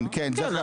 כן, כן.